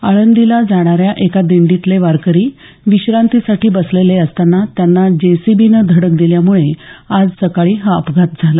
आळंदीला जाणाऱ्या एका दिंडीतले वारकरी विश्रांतीसाठी बसलेले असताना त्यांना जेसीबीनं धडक दिल्यामुळे आज सकाळी हा अपघात झाला